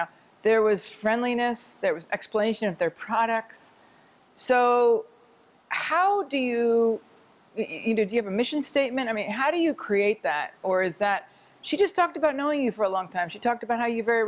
know there was friendliness there was explanation of their products so how do you you do have a mission statement i mean how do you create that or is that she just talked about knowing you for a long time she talked about how you very